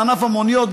בענף המוניות,